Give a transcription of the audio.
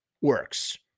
works